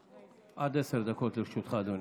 עד עשר דקות לרשותך, אדוני.